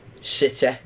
City